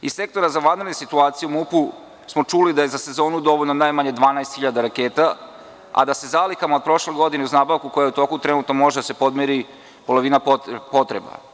Iz Sektora za vanredne situacije u MUP smo čuli da je za sezonu dovoljno najmanje 12 hiljada raketa, a da se sa zalihama od prošle godine, uz nabavku koja je u toku, trenutno može podmiriti polovina potreba.